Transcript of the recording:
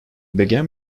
began